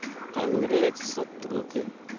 अंग्रेज शत्रुके